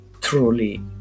truly